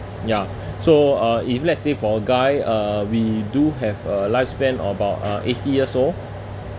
ya so uh if let's say for a guy uh we do have a lifespan of about uh eighty years old